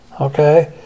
okay